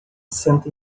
senta